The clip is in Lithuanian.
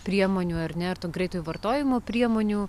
priemonių ar ne ir to greitojo vartojimo priemonių